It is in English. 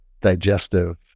digestive